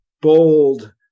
bold